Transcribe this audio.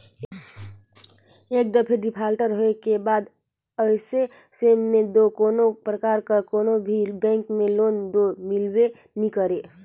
एक दफे डिफाल्टर होए के बाद अवइया समे में दो कोनो परकार कर कोनो भी बेंक में लोन दो मिलबे नी करे